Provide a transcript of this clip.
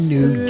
New